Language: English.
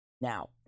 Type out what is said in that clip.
Now